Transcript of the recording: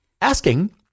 Asking